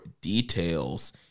details